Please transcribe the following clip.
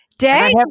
Day